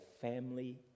family